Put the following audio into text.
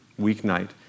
weeknight